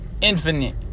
infinite